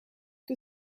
que